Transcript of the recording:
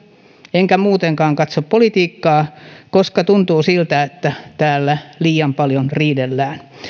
enkä muutenkaan katso politiikkaa koska tuntuu siltä että täällä liian paljon riidellään